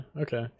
okay